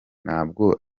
ntabwo